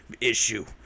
issue